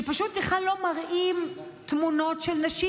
שפשוט בכלל לא מראים תמונות של נשים,